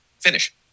Finish